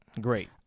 Great